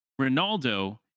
Ronaldo